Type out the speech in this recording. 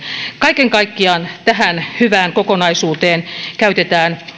tähän hyvään kokonaisuuteen kaiken kaikkiaan